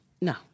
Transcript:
No